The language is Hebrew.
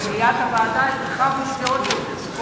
במליאת הוועדה הרחבנו את זה עוד יותר.